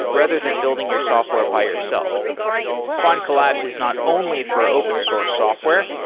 rather than building your software by yourself findcollabs is not only for open source software,